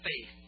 Faith